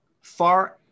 far